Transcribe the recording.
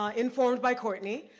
um informed by cortney,